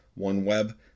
OneWeb